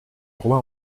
roi